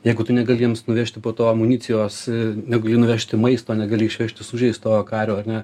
jeigu tu negali jiems nuvežti po to amunicijos negali nuvežti maisto negali išvežti sužeistojo kario ar ne